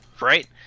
right